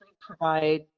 provide